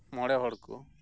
ᱢᱚᱬᱮ ᱦᱚ ᱠᱚ